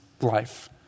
life